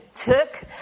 took